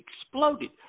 exploded